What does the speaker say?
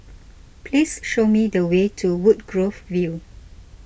please show me the way to Woodgrove View